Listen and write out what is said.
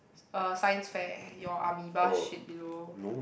uh science fair your amoeba shit below